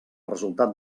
resultat